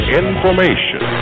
information